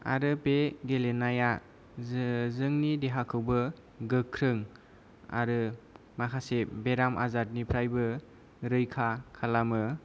आरो बे गेलेनाया जोंनि देहाखौबो गोख्रों आरो माखासे बेराम आजार निफ्रायबो रैखा खालामो